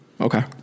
Okay